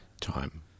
Time